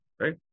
Right